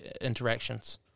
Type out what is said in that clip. interactions